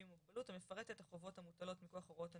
עם מוגבלות המפרט את החובות המוטלות מכוח הוראות הנגישות,